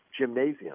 Gymnasium